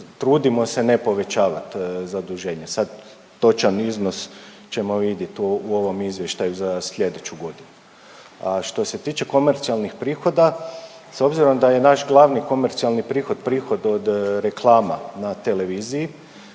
trudimo se ne povećavat zaduženje. Sad točan iznos ćemo vidjet u ovom izvještaju za sljedeću godinu. A što se tiče komercijalnih prihoda s obzirom da je naš glavni komercijalni prihod, prihod od reklama na televiziji